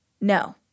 no